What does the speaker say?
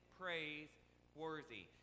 praiseworthy